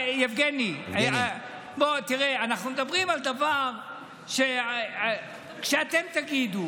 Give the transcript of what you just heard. יבגני, אנחנו מדברים על דבר שכשאתם תגידו